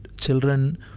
children